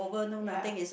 ya